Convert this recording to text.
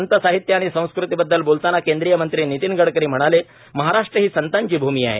संत साहित्य आणि संस्कृतीबद्दल बोलतांना केंद्रीय मंत्री नितीन गडकरी म्हणाले महाराष्ट्र ही संतांची भूमी आहे